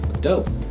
Dope